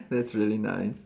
that's really nice